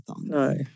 No